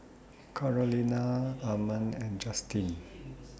Carolina Ammon and Justyn